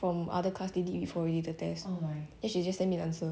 from other class they did before already the test so she just send me the answer